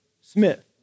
Smith